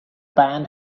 pan